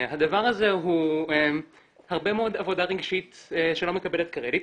הדבר הזה הוא הרבה מאוד עבודה רגשית שלא מקבלת קרדיט,